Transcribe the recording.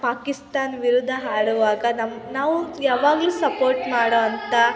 ಪಾಕಿಸ್ತಾನ ವಿರುದ್ಧ ಆಡುವಾಗ ನಮ್ಮ ನಾವು ಯಾವಾಗಲೂ ಸಪೋರ್ಟ್ ಮಾಡೋವಂಥ